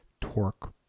torque